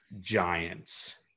giants